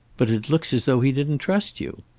but it looks as though he didn't trust you!